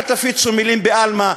אל תפיצו מילים בעלמא.